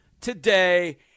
today